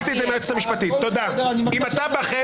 הרשימה הערבית המאוחדת): איפה?